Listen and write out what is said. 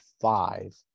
five